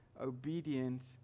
obedient